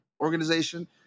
organization